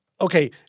Okay